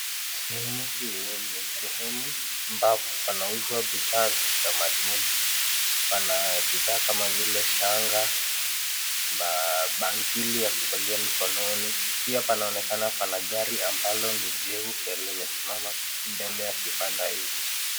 Sehemu hii ni sehemu ambapo panauzwa bidhaa za kitamaduni. Pana bidhaa kama vile shanga na bangili ya kuvalia mkononi pia panaonekana kuna gari ambalo ni jeupe limesimama mbele ya kibanda hiki.